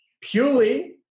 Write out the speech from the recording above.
Purely